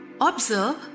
Observe